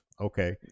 Okay